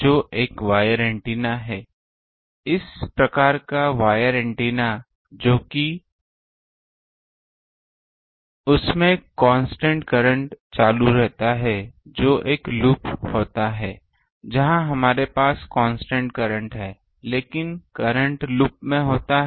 जो एक wire antenna है एक प्रकार का वायर एंटीना जो कि उस जो की उसमे कांस्टेंट करंट चालू रहता है जो कि एक लूप होता है जहां हमारे पास कांस्टेंट करंट है लेकिन करंट लूप में होता है